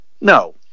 No